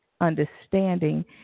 understanding